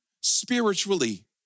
spiritually